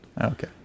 Okay